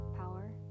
power